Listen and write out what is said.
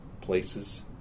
places